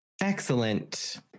Excellent